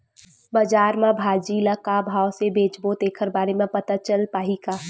बजार में भाजी ल का भाव से बेचबो तेखर बारे में पता चल पाही का?